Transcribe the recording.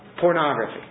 pornography